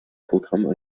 programm